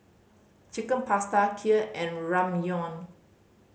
Chicken Pasta Kheer and Ramyeon